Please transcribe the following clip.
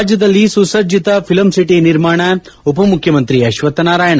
ರಾಜ್ನದಲ್ಲಿ ಸುಸಜ್ಜಿತ film city ನಿರ್ಮಾಣ ಉಪಮುಖ್ಜಮಂತ್ರಿ ಅಶ್ವತ್ನನಾರಾಯಣ